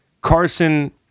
Carson